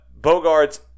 Bogarts